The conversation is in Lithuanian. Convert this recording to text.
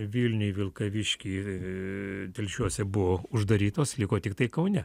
vilniuj vilkavišky ir telšiuose buvo uždarytos liko tiktai kaune